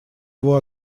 его